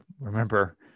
remember